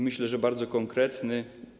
Myślę, że bardzo konkretny.